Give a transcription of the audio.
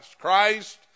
Christ